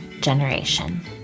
generation